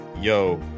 yo